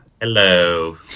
Hello